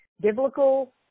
biblical